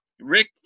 Rick